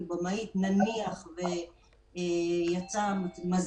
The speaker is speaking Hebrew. אז אפילו אם התמזל מזלי